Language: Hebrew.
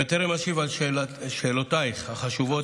בטרם אשיב על שאלותייך החשובות,